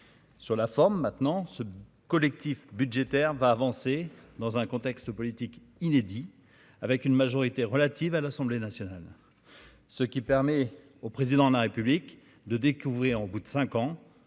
sur la forme, maintenant ce collectif budgétaire va avancer dans un contexte politique inédit avec une majorité relative à l'Assemblée nationale, ce qui permet au président de la République de découvrir au bout de 5 ans,